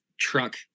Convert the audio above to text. Truck